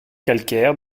calcaire